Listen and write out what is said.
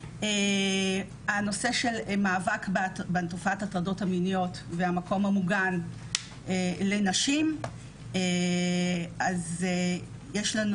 הנושא של המאבק בתופעת הטרדות המיניות והמקום המוגן לנשים - יש לנו